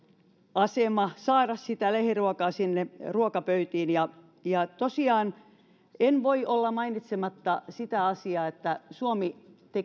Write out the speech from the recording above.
pääteasema saada sitä lähiruokaa sinne ruokapöytiin ja ja tosiaan en voi olla mainitsematta sitä asiaa että suomi